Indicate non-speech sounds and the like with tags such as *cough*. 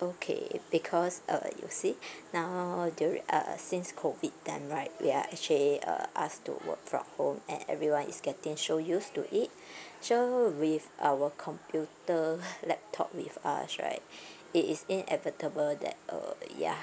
okay because uh you see *breath* now during uh since COVID then right we are actually uh asked to work from home and everyone is getting so used to it *breath* so with our computer *breath* laptop with us right *breath* it is inevitable that uh yeah